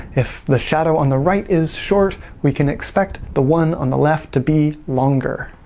if the shadow on the right is short we can expect the one on the left to be longer.